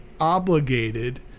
obligated